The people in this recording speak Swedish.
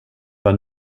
var